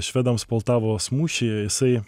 švedams poltavos mūšyje jisai